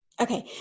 Okay